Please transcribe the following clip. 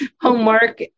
homework